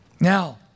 Now